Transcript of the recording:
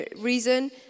reason